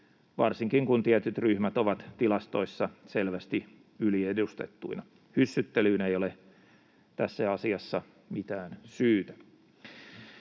varsinkin kun tietyt ryhmät ovat tilastoissa selvästi yliedustettuina. Hyssyttelyyn ei ole tässä asiassa mitään syytä.